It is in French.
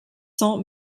cent